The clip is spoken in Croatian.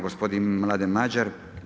Gospodin Mladen Madjer.